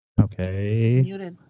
okay